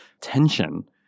tension